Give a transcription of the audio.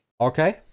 Okay